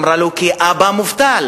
אמרה לו: כי אבא מובטל.